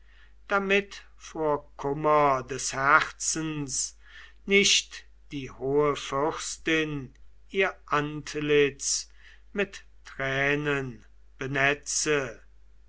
damit vor kummer des herzens nicht die hohe fürstin ihr antlitz mit tränen benetzte